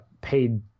paid